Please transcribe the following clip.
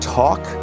talk